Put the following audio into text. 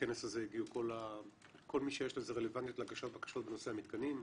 לכנס הזה הגיעו כל מי שיש לו איזו רלוונטיות להגשת בקשות בנושא המתקנים.